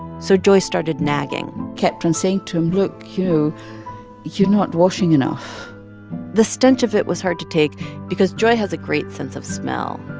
so joy started nagging kept on saying to him, look, you know, you're not washing enough the stench of it was hard to take because joy has a great sense of smell.